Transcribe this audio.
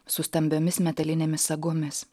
su stambiomis metalinėmis sagomis